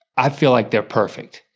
i feel like they're perfect.